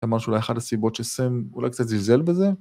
אתה אמר שאולי אחת הסיבות שסם אולי קצת זילזל בזה?